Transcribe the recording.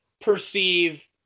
perceive